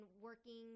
working –